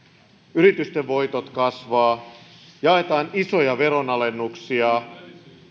yritysten voitot kasvavat jaetaan isoja veronalennuksia